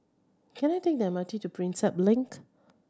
can I take the M R T to Prinsep Link